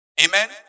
Amen